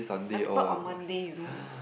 my paper on Monday you know